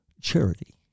charity